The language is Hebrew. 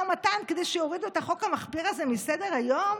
ומתן כדי שיורידו את החוק המחפיר הזה מסדר-היום?